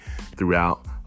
throughout